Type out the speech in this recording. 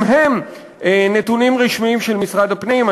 גם הם נתונים רשמיים של משרד הפנים.